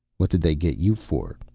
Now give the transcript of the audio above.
what did they get you for?